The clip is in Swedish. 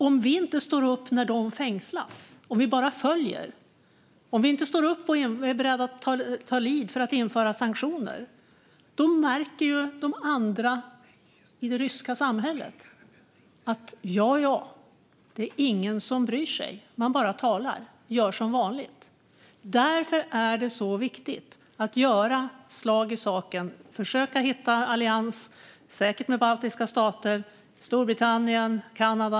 Om vi inte står upp när de fängslas, om vi bara följer och om vi inte är beredda att ta lead för att införa sanktioner märker de andra i det ryska samhället att det inte är någon som bryr sig. Man bara talar och gör som vanligt. Därför är det viktigt att göra slag i saken och försöka hitta allianser - med baltiska stater, Storbritannien och Kanada.